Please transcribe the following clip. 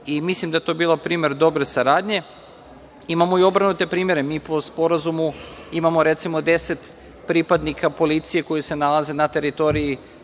da je to bio primer dobre saradnje. Imamo i obrnute primere. Mi po sporazumu imamo, recimo, deset pripadnika policije koji se nalaze na teritoriji